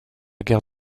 guerre